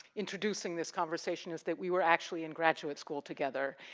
introducing this conversation is that we were actually in graduate school together.